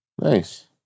Nice